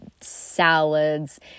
salads